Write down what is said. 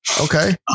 Okay